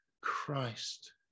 Christ